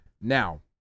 Now